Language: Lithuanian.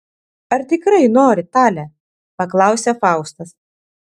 ar tikrai nori tale paklausė faustas